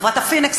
חברת "הפניקס",